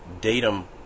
datum